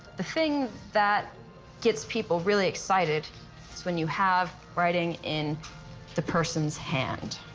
the thing that gets people really excited is when you have writing in the person's hand.